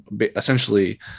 essentially